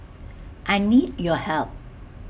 I need your help